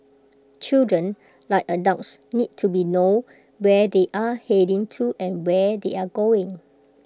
children like adults need to be known where they are heading to and where they are going